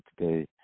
today